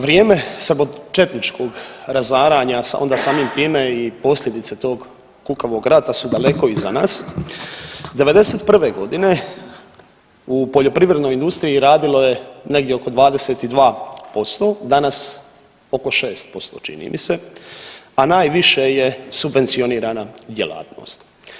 Vrijeme srbočetničkog razaranja onda samim time i posljedice tog kukavog rata su daleko iza nas. '91.g. u poljoprivrednoj industriji radilo je negdje oko 22%, danas oko 6% čini mi se, a najviše je subvencionirana djelatnost.